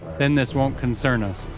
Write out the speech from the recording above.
then this won't concern us.